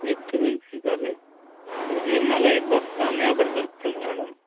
mix veg curry ఈ మలైకోఫ్తా అని ఒకటి దొరుకుతుంది మేడమ్